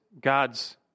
God's